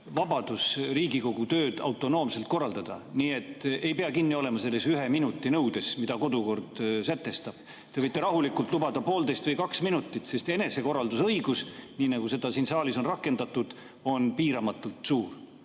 vabadus Riigikogu tööd autonoomselt korraldada, nii et ei pea kinni olema selles ühe minuti nõudes, mille kodukord sätestab. Te võite rahulikult lubada [rääkida] poolteist või kaks minutit, sest enesekorralduse õigus, nii nagu seda siin saalis on rakendatud, on piiramatult suur.